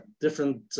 different